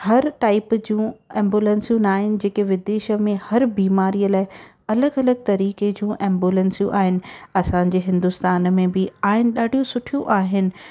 हर टाइप जूं एंबुलेंसियूं न आहिनि जेके विदेश में हर बीमारीअ लाइ अलॻि अलॻि तरीके जूं एंबुलेंसियूं आहिनि असांजे हिंदुस्तान में बि आहिनि ॾाढियूं सुठियूं आहिनि